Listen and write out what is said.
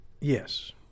Yes